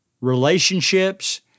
relationships